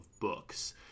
books